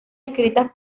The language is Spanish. escritas